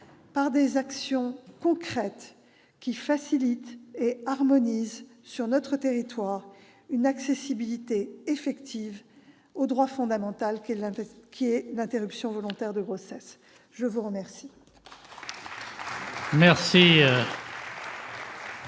par des actions concrètes qui facilitent et harmonisent sur notre territoire une accessibilité effective au droit fondamental qu'est le droit à l'interruption volontaire de grossesse. Mes chers